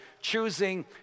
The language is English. choosing